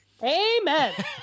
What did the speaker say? Amen